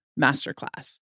Masterclass